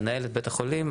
לנהל את בית החולים,